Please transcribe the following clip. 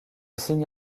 signe